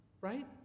right